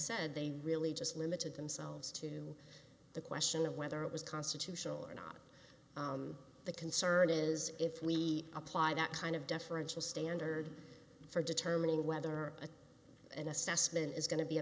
said they really just limited themselves to the question of whether it was constitutional or not the concern is if we apply that kind of deferential standard for determining whether a an assessment is going to be a